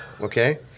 Okay